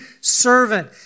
servant